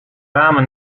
ramen